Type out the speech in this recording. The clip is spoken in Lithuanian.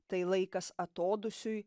tai laikas atodūsiui